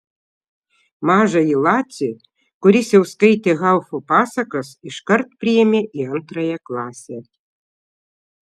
mažąjį lacį kuris jau skaitė haufo pasakas iškart priėmė į antrąją klasę